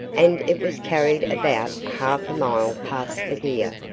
and it was carried about half a mile past the gear.